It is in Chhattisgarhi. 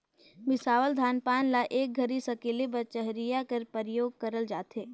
मिसावल धान पान ल एक घरी सकेले बर चरहिया कर परियोग करल जाथे